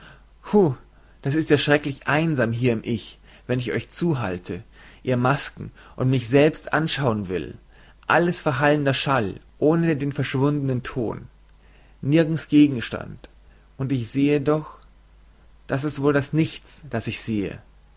das ist ja schrecklich einsam hier im ich wenn ich euch zuhalte ihr masken und ich mich selbst anschauen will alles verhallender schall ohne den verschwundenen ton nirgends gegenstand und ich sehe doch das ist wohl das nichts das ich sehe